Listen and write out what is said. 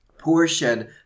Portion